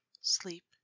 sleep